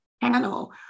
panel